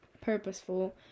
purposeful